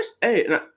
hey